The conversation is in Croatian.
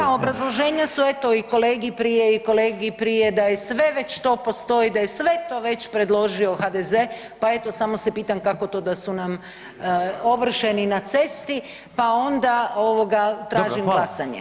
Da, da, obrazloženja su eto i kolegi prije i kolegi prije da je sve već to postoji, da je sve to već predložio HDZ, pa eto samo se pitam kako to da su nam ovršeni na cesti, pa onda ovoga tražim glasanje.